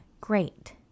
Great